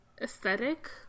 aesthetic